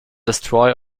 destroy